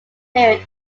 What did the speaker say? period